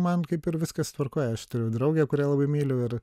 man kaip ir viskas tvarkoje aš turėjau draugę kurią labai myliu ir